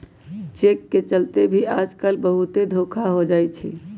cheque के चलते भी आजकल बहुते धोखा हो जाई छई